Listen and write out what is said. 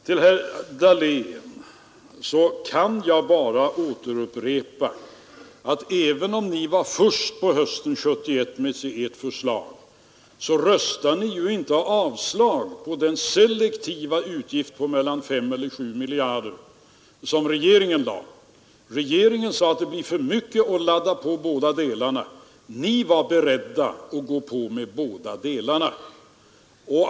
För herr Dahlén kan jag bara upprepa, att även om ni var först på hösten 1971 med ert förslag röstade ni inte avslag på det förslag till selektiva utgifter på 5—7 miljarder kronor som regeringen lade fram. Regeringen sade att det blir för mycket att ladda upp med båda delarna, men ni var beredda att göra det.